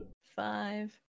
five